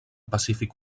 pacífic